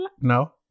no